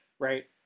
Right